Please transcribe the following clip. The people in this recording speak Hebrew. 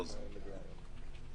מאה אחוז.